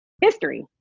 history